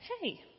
hey